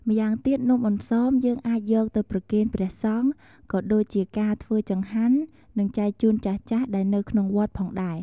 ម្យ៉ាងទៀត នំអន្សម យើងអាចយកទៅប្រគេនព្រះសង្ឃ ក៏ដូចជាការធ្វើចង្ហាន និងចែនជូនចាស់ៗដែលនៅក្នុងវត្តផងដែរ។